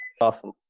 Awesome